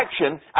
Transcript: action